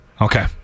Okay